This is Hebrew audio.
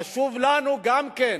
חשוב לנו גם כן,